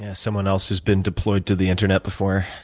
ah someone else who's been deployed to the internet before,